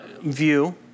view